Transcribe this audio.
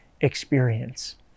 experience